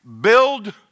build